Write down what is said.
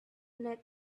let